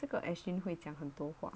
这个 ashlyn 会讲很多话